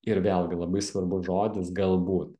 ir vėlgi labai svarbus žodis galbūt